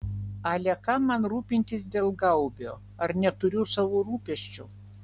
ale kam man rūpintis dėl gaubio ar neturiu savų rūpesčių